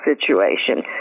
situation